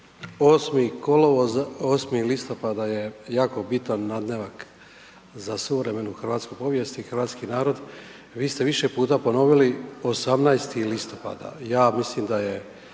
Martin (HDZ)** 8. listopada je jako bitan nadnevak za suvremenu hrvatsku povijest i hrvatski narod. Vi ste više puta ponovili 18. listopada, ja mislim da je,